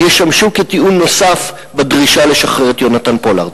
תשמש כטיעון נוסף בדרישה לשחרר את יונתן פולארד.